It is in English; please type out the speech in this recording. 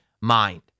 mind